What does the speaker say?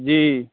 जी